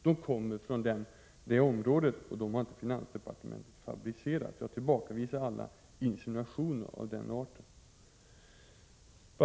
Det är alltså inte finansdepartementet som har fabricerat dessa siffror, varför jag tillbakavisar alla insinuationer av den arten.